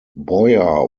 boyer